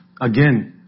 Again